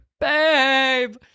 Babe